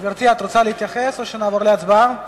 גברתי, את רוצה להתייחס, או שנעבור להצבעה?